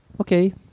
Okay